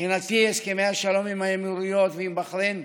מבחינתי הסכמי השלום עם האמירויות ועם בחריין,